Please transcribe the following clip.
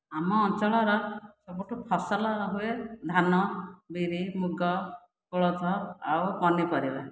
ଆମ ଅଞ୍ଚଳର ସବୁଠୁ ଫସଲ ହୁଏ ଧାନ ବିରି ମୁଗ କୋଳଥ ଆଉ ପନିପରିବା